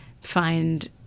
find